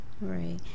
Right